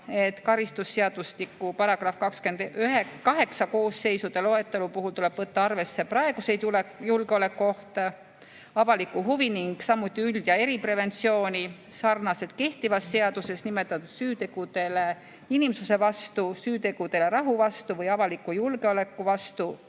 et karistusseadustiku § 28 koosseisude loetelu puhul tuleb võtta arvesse praeguseid julgeolekuohte, avalikku huvi ning samuti üld‑ ja eripreventsiooni. Sarnaselt kehtivas seaduses nimetatud süütegudega inimsuse vastu, süütegudega rahu vastu või avaliku julgeoleku vastaste